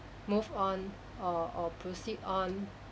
move on or or proceed on